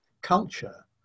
culture